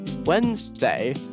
Wednesday